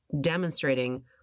demonstrating